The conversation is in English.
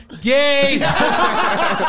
gay